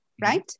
right